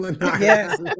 Yes